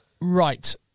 Right